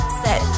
set